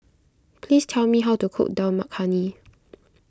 please tell me how to cook Dal Makhani